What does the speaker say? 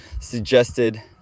suggested